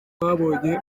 twabonye